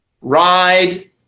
Ride